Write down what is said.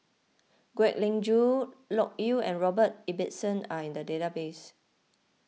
Kwek Leng Joo Loke Yew and Robert Ibbetson are in the database